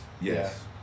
Yes